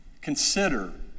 consider